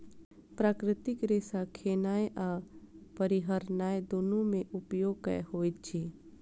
प्राकृतिक रेशा खेनाय आ पहिरनाय दुनू मे उपयोग होइत अछि